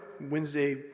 Wednesday